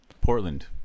Portland